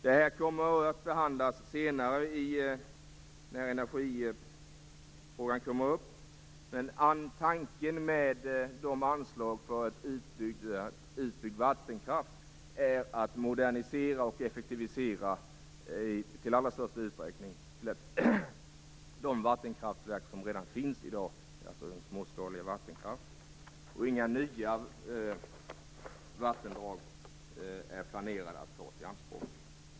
Det här kommer att behandlas senare när energifrågan kommer upp, men tanken med anslagen till en utbyggd vattenkraft är att modernisera och effektivisera i allra största utsträckning de vattenkraftverk som redan finns i dag, alltså den småskaliga vattenkraften. Inga nya vattendrag är planerade att tas i anspråk.